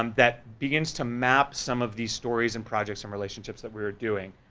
um that begins to map some of these stories and projects from relationships that we're doing.